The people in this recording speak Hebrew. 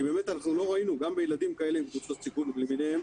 כי באמת אנחנו לא ראינו גם בילדים כאלה מקבוצות סיכון למיניהן,